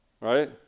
right